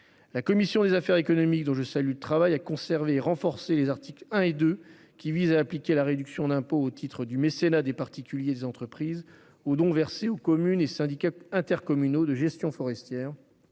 La commission des affaires économiques, dont je salue le travail, a conservé et renforcé les articles 1 et 2, visant à appliquer la réduction d'impôt au titre du mécénat des particuliers et des entreprises aux dons versés aux communes et syndicats intercommunaux de gestion forestière,